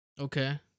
Okay